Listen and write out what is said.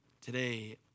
Today